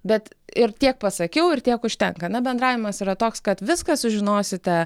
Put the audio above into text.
bet ir tiek pasakiau ir tiek užtenka na bendravimas yra toks kad viską sužinosite